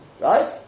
right